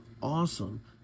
Awesome